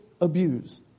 abuse